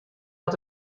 dat